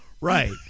Right